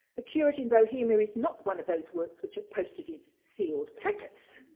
a curate in bohemia is not one of those works which are posted in sealed packets.